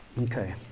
Okay